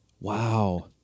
wow